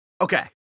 Okay